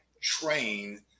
train